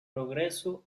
progreso